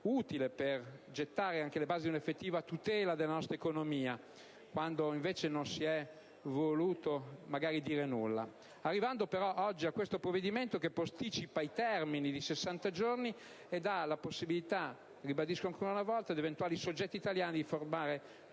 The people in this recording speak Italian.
utile per gettare anche le basi di un'effettiva tutela della nostra economia; non si è voluto dire nulla, arrivando però oggi a questo provvedimento che posticipa i termini di 60 giorni e dà la possibilità - ribadisco ancora una volta - a eventuali soggetti italiani di formare